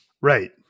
Right